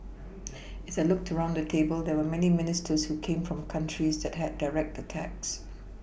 as I looked around the table there were many Ministers who came from countries that had direct attacks